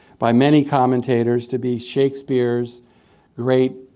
by many commentators, to be shakespeare's great,